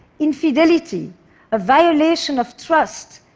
infidelity a violation of trust,